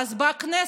ואז בכנסת,